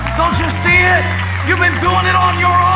don't you see it? you've been doing it on your